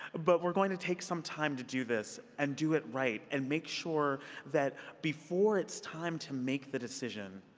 but we're going to take some time to do this and do it right and make sure that before it's time to make the decision,